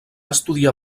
estudiar